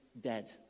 dead